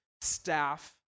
staff